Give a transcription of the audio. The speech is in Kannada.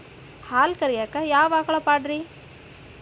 ಹಾಲು ಕರಿಯಾಕ ಯಾವ ಆಕಳ ಪಾಡ್ರೇ?